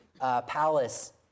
palace